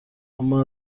اما